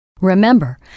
Remember